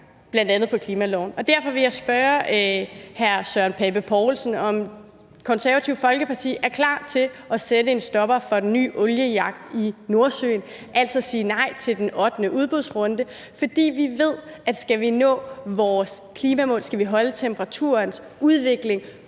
i forbindelse med klimaloven, og derfor vil jeg spørge hr. Søren Pape Poulsen, om Det Konservative Folkeparti er klar til at sætte en stopper for den ny oliejagt i Nordsøen, altså sige nej til den ottende udbudsrunde. For vi ved, at skal vi nå vores klimamål og skal vi holde temperaturens udvikling